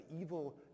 evil